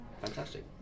fantastic